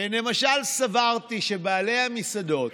למשל סברתי שלבעלי המסעדות